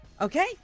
Okay